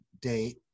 date